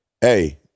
hey